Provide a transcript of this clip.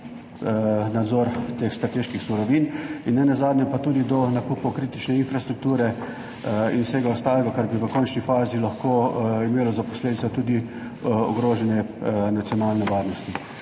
nadzor teh strateških surovin in nenazadnje pa tudi do nakupa kritične infrastrukture in vsega ostalega, kar bi v končni fazi lahko imelo za posledico tudi ogrožanje nacionalne varnosti.